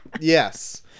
Yes